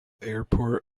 airport